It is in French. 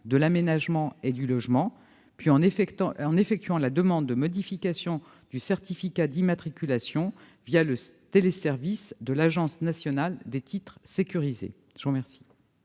de l'aménagement et du logement, puis en effectuant la demande de modification du certificat d'immatriculation le téléservice de l'Agence nationale des titres sécurisés.